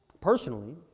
Personally